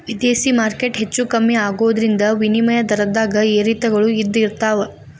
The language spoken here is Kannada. ವಿದೇಶಿ ಮಾರ್ಕೆಟ್ ಹೆಚ್ಚೂ ಕಮ್ಮಿ ಆಗೋದ್ರಿಂದ ವಿನಿಮಯ ದರದ್ದಾಗ ಏರಿಳಿತಗಳು ಇದ್ದ ಇರ್ತಾವ